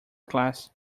class